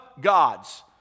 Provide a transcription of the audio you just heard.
gods